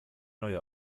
neue